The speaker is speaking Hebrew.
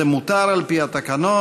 וזה מותר על פי התקנון,